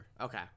Okay